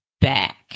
back